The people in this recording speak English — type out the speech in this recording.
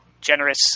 generous